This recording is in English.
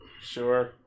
Sure